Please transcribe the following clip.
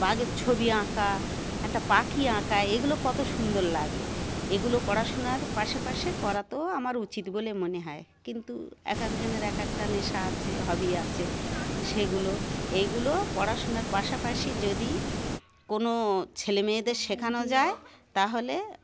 বাঘের ছবি আঁকা একটা পাখি আঁকা এগুলো কত সুন্দর লাগে এগুলো পড়াশুনার পাশে পাশে করা তো আমার উচিত বলে মনে হয় কিন্তু এক একজনের এক একটা নেশা আছে হবি আছে সেগুলো এইগুলো পড়াশোনার পাশাপাশি যদি কোনো ছেলে মেয়েদের শেখানো যায় তাহলে